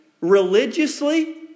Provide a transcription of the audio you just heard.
religiously